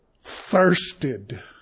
thirsted